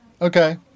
Okay